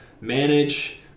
manage